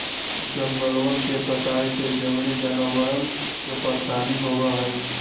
जंगलवन के कटाई से जंगली जानवरवन के परेशानी होबा हई